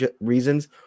reasons